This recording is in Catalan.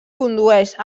condueix